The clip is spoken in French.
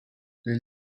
les